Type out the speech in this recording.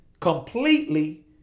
completely